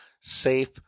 safe